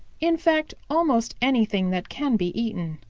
in fact almost anything that can be eaten.